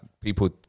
People